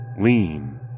lean